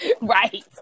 right